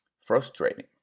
frustrating